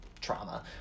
trauma